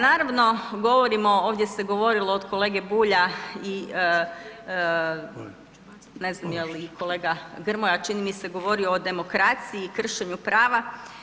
Naravno, govorimo, ovdje se govorilo od kolege Bulja i ne znam je li i kolega Grmoja, čini mi se govorio o demokraciji i kršenju prava.